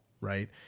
right